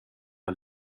jag